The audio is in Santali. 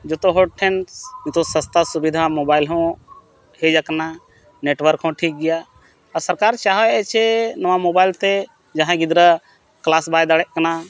ᱡᱚᱛᱚ ᱦᱚᱲ ᱴᱷᱮᱱ ᱱᱤᱛᱚᱜ ᱥᱟᱥᱛᱟ ᱥᱩᱵᱤᱫᱷᱟ ᱦᱚᱸ ᱦᱮᱡ ᱟᱠᱟᱱᱟ ᱦᱚᱸ ᱴᱷᱤᱠ ᱜᱮᱭᱟ ᱟᱨ ᱥᱚᱨᱠᱟᱨ ᱪᱟᱮ ᱪᱮ ᱱᱚᱣᱟ ᱛᱮ ᱡᱟᱦᱟᱸᱭ ᱜᱤᱫᱽᱨᱟᱹ ᱵᱟᱭ ᱫᱟᱲᱮᱭᱟᱜ ᱠᱟᱱᱟ